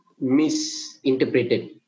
misinterpreted